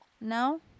no